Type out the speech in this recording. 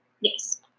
Yes